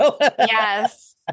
Yes